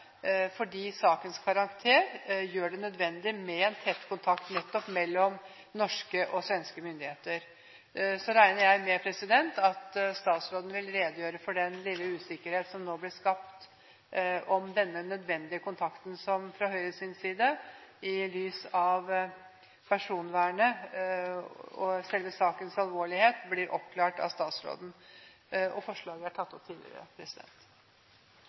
fordi sakens karakter gjør det nødvendig med tett kontakt nettopp mellom norske og svenske myndigheter. Jeg regner med at statsråden vil redegjøre for den lille usikkerhet som nå ble skapt om denne nødvendige kontakten, og at det i lys av personvernet og selve sakens alvorlighet blir oppklart av statsråden. Forslaget er tatt opp tidligere.